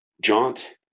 jaunt